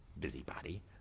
Busybody